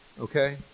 Okay